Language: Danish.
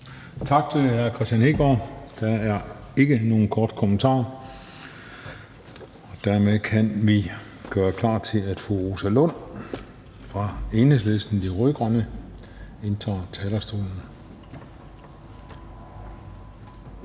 Tak til hr. Kristian Hegaard. Der er ikke nogen korte bemærkninger. Dermed kan vi gøre klar til, at fru Rosa Lund fra Enhedslisten – De Rød-Grønne indtager talerstolen.